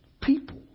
People